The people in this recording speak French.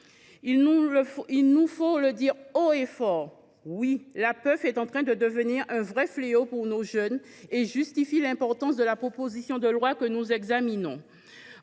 Il nous faut le dire haut et fort : oui, la puff est en train de devenir un fléau pour nos jeunes ! Elle explique l’importance de la proposition de loi que nous examinons.